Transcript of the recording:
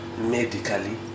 medically